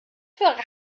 für